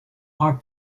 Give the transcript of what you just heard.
are